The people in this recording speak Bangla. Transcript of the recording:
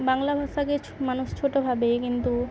বাংলা ভাষাকে ছো মানুষ ছোটো ভাবে কিন্তু